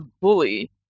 bully